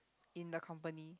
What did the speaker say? in the company